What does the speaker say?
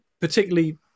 particularly